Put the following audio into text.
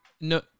no